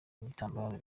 bitambaro